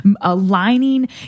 aligning